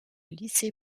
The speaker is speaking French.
lycée